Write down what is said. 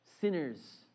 sinners